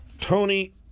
Tony